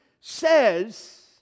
says